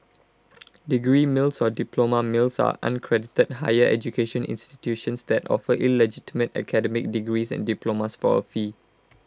degree mills or diploma mills are unaccredited higher education institutions that offer illegitimate academic degrees and diplomas for A fee